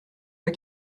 pas